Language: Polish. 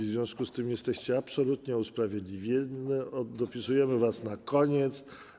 W związku z tym jesteście absolutnie usprawiedliwione, w nagrodę dopisujemy was na koniec.